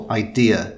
idea